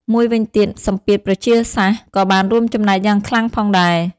មួយវិញទៀត សម្ពាធប្រជាសាស្រ្ត ក៏បានរួមចំណែកយ៉ាងខ្លាំងផងដែរ។